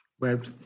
web